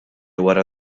wara